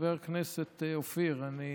חבר הכנסת אופיר, אני